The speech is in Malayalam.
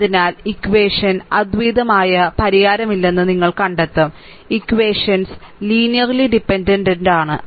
അതിനാൽ ഇക്വഷൻ അദ്വിതീയമായ പരിഹാരമില്ലെന്ന് നിങ്ങൾ കണ്ടെത്തും ഇക്വഷൻസ് ലീനിയർലി ഡിപെൻഡെന്റ് ആണ്